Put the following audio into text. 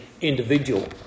individual